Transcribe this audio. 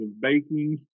baking